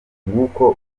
nguko